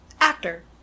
actor